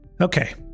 Okay